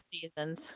seasons